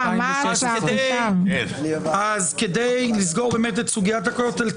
216. אז כדי לסגור באמת את סוגית הכותל,